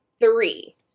three